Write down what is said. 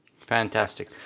Fantastic